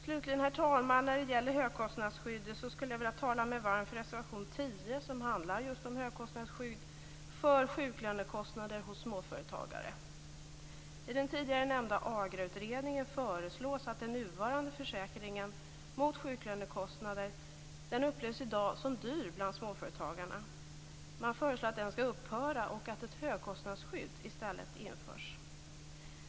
Slutligen skulle jag när det gäller högkostnadsskyddet vilja tala mig varm för reservation 10, som handlar om just högkostnadsskydd för sjuklönekostnader hos småföretagare. Den nuvarande försäkringen mot sjuklönekostnader upplevs i dag som dyr bland småföretagarna. I den tidigare nämnda AGRA utredningen föreslås att den skall upphöra och att ett högkostnadsskydd i stället införs.